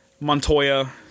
Montoya